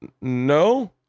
no